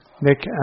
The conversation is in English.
Nick